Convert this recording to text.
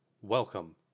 Welcome